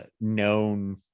known